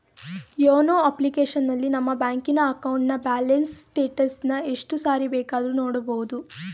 YONO ಅಪ್ಲಿಕೇಶನಲ್ಲಿ ನಮ್ಮ ಬ್ಯಾಂಕಿನ ಅಕೌಂಟ್ನ ಬ್ಯಾಲೆನ್ಸ್ ಸ್ಟೇಟಸನ್ನ ಎಷ್ಟು ಸಾರಿ ಬೇಕಾದ್ರೂ ನೋಡಬೋದು